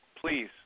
please